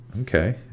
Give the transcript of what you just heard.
Okay